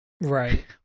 Right